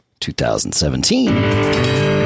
2017